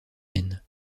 haine